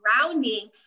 grounding